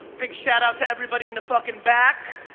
big shout out to everybody in the fucking back